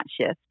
shift